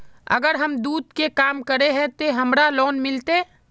अगर हम दूध के काम करे है ते हमरा लोन मिलते?